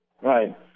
Right